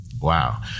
Wow